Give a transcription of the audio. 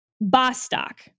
Bostock